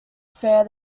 affair